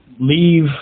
leave